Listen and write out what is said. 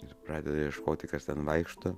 ir pradeda ieškoti kas ten vaikšto